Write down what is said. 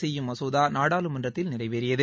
செய்யும் மசோதா நாடாளுமன்றத்தில் நிறைவேறியது